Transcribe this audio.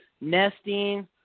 nesting